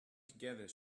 together